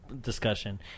discussion